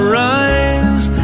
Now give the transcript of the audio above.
rise